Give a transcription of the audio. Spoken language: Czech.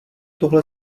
tohle